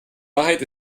wahrheit